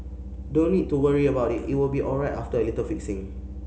don't need to worry about it it will be alright after a little fixing